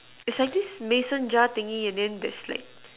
there's like this Mason jar thingy then there's like